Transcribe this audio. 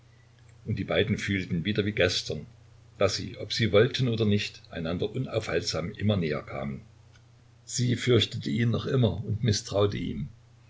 und die beiden fühlten wieder wie gestern daß sie ob sie wollten oder nicht einander unaufhaltsam immer näher kamen sie fürchtete ihn noch immer und mißtraute ihm